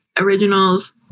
originals